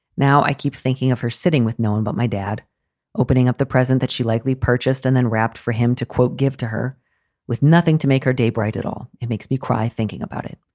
now i keep thinking of her sitting with no one but my dad opening up the present that she likely purchased and then wrapped for him to, quote, give to her with nothing to make her day bright at all. it makes me cry thinking about it.